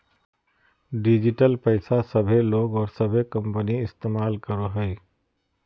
digital पैसा सभे लोग और सभे कंपनी इस्तमाल करो हइ